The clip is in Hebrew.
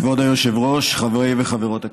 כבוד היושב-ראש, חברי וחברות הכנסת,